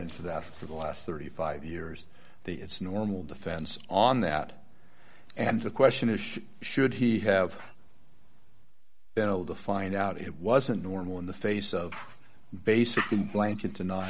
into that for the last thirty five years they it's normal defense on that and the question is should he have been able to find out it wasn't normal in the face of basically a blanket to not